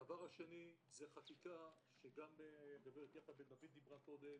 הדבר השני זה חקיקה, שגם הגב' בן-דויד דיברה קודם,